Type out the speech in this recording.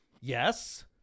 Yes